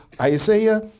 Isaiah